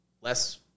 less